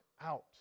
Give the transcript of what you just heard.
out